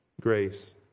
grace